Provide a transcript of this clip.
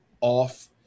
off